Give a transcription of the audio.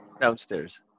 Downstairs